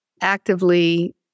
actively